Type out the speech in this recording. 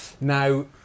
Now